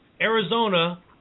Arizona